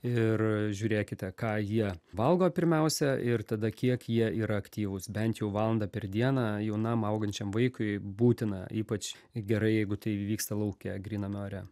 ir žiūrėkite ką jie valgo pirmiausia ir tada kiek jie yra aktyvūs bent jau valandą per dieną jaunam augančiam vaikui būtina ypač gerai jeigu tai vyksta lauke gryname ore